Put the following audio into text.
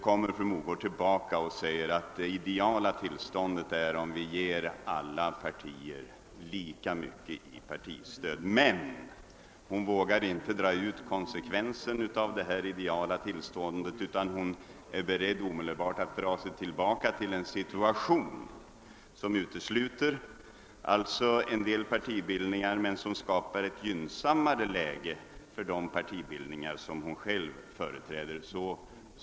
Fru Mogård säger att det ideala tillståndet är att ge alla partier lika mycket i partistöd. Hon vågade emellertid inte dra ut konsekvensen av detta ideala tillstånd utan var omedelbart beredd att dra sig tillbaka till en ståndpunkt som utesluter en del partibildningar och skapar ett gynnsammare läge för de partibildningar som hon själv företräder.